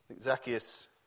Zacchaeus